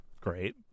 great